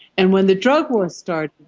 and when the drug war started,